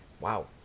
Wow